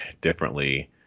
differently